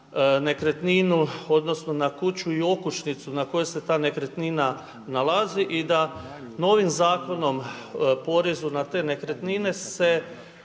nekretninu, odnosno na kuću i okućnicu na kojoj se ta nekretnina nalazi i da novim zakonom porezu na te nekretnine se